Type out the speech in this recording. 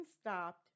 stopped